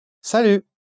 Salut